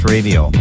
Radio